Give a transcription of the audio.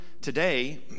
today